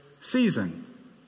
season